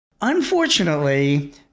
unfortunately